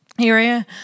area